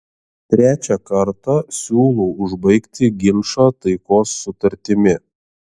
trečią kartą siūlau užbaigti ginčą taikos sutartimi